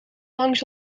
langs